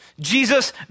Jesus